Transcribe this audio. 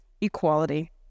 equality